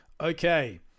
Okay